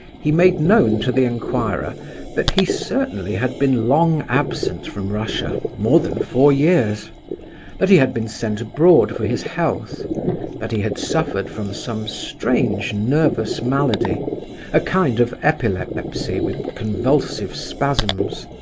he made known to the inquirer that he certainly had been long absent from russia, more than four years that he had been sent abroad for his health that he had suffered from some strange nervous malady a kind of epilepsy, with convulsive spasms.